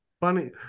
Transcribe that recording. Funny